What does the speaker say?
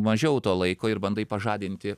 mažiau to laiko ir bandai pažadinti